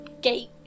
gate